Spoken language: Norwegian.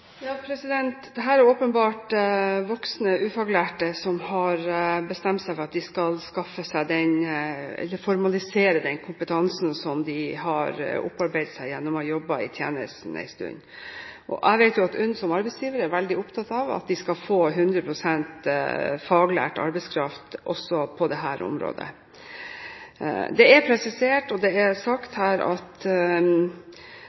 er åpenbart voksne ufaglærte som har bestemt seg for å formalisere den kompetansen som de har opparbeidet seg ved å jobbe i tjenesten en stund. Jeg vet at UNN som arbeidsgiver er veldig opptatt av å få 100 pst. faglært arbeidskraft også på dette området. Det er presisert og sagt her at det ikke er